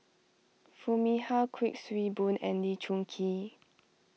Foo Mee Har Kuik Swee Boon and Lee Choon Kee